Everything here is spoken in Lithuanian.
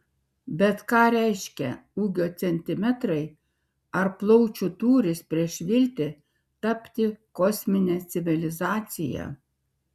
bet ką reiškia ūgio centimetrai ar plaučių tūris prieš viltį tapti kosmine civilizacija